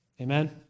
Amen